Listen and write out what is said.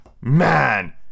Man